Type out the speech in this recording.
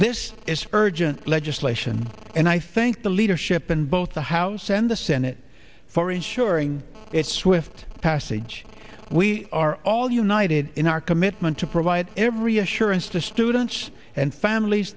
this is for urgent legislation and i think the leadership in both the house and the senate for ensuring its swift passage we are all united in our commitment to provide every assurance to students and families